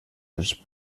els